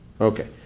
Okay